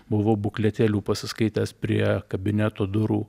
buvau bukletėlių pasiskaitęs prie kabineto durų